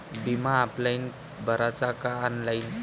बिमा ऑफलाईन भराचा का ऑनलाईन?